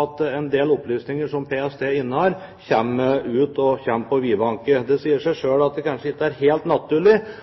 at en del opplysninger som PST innehar, kommer på vidvanke. Det sier seg selv at det kanskje ikke er helt naturlig